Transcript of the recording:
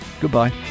Goodbye